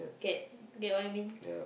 get get what I mean